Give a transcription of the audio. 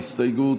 ההסתייגות